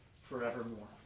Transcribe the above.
forevermore